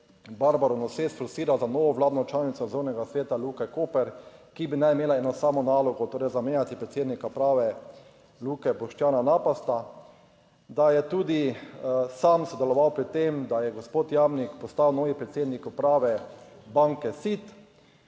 Barbaro Nose sforsiral za novo vladno članico nadzornega sveta Luke Koper, ki bi naj imela eno samo nalogo, torej zamenjati predsednika uprave Luke Boštjana Napasta. Da je tudi sam sodeloval pri tem, da je gospod Jamnik postal novi predsednik uprave banke SID.